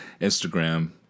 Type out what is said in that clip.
Instagram